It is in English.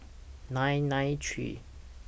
nine nine three